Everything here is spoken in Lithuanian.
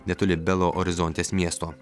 netoli belo orizontės miesto